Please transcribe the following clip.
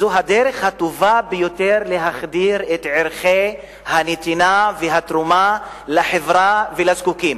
זו הדרך הטובה ביותר להחדיר את ערכי הנתינה והתרומה לחברה ולזקוקים.